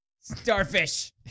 starfish